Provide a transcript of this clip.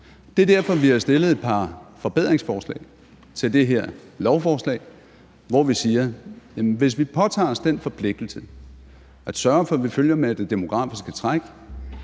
Det er derfor, vi har stillet et par forbedringsforslag til det her lovforslag, hvor vi siger: Hvis vi påtager os den forpligtelse at sørge for, at vi følger med det demografiske træk,